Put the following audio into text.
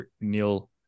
Neil